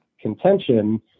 contention